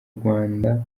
rwanda